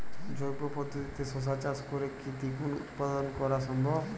জৈব পদ্ধতিতে শশা চাষ করে কি দ্বিগুণ উৎপাদন করা সম্ভব?